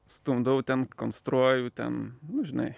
stumdau ten konstruoju ten nu žinai